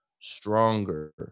stronger